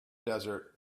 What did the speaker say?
desert